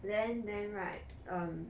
then then right um